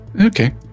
Okay